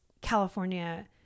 California